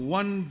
one